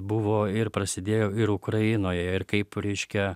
buvo ir prasidėjo ir ukrainoje ir kaip reiškia